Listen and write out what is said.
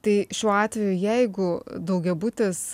tai šiuo atveju jeigu daugiabutis